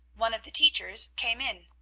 one of the teachers, came in.